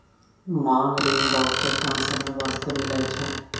मांग ऋण बहुते कम समय बास्ते मिलै छै